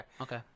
Okay